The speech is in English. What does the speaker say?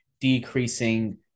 decreasing